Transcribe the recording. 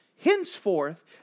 Henceforth